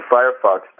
Firefox